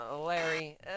Larry